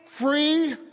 free